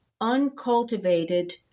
uncultivated